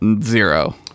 Zero